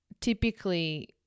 typically